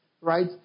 Right